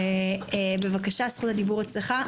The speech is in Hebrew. בבקשה, זכות הדיבור אצלך.